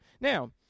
Now